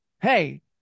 Hey